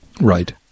right